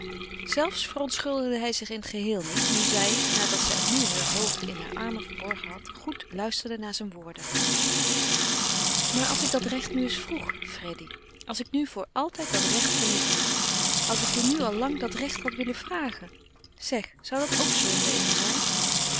zelfs verontschuldigde hij zich in het geheel niet nu zij nadat zij opnieuw heur hoofd in hare armen verborgen had goed luisterde naar zijn woorden maar als ik dat recht nu eens vroeg freddy als ik nu voor altijd dat recht van je vroeg als ik je nu al lang dat recht had willen vragen zeg zou dat ook zonde in me zijn